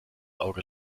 auge